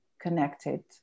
connected